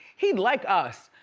he'd like us.